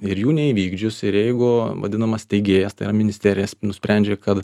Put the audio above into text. ir jų neįvykdžius ir jeigu vadinamas steigėjas ministerija nusprendžia kad